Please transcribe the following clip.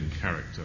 character